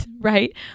right